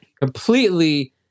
completely